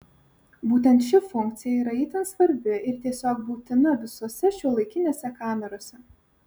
būtent ši funkcija yra itin svarbi ir tiesiog būtina visose šiuolaikinėse kamerose